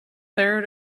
third